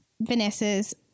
Vanessa's